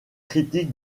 critique